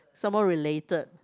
some more related